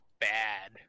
bad